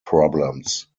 problems